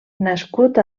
nascut